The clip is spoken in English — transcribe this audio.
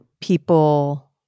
people